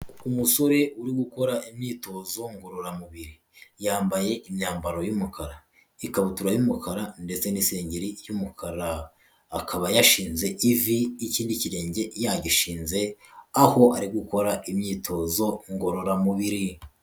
Umusore uri gukora imyitozo ngororamubiri, yambaye imyambaro y'umukara, ikabutura y'umukara, ndetse n'isengeri y'umukara, akaba yashinze ivi ikindi kirenge yagishinze, aho ari gukora imyitozo ngororamubiri.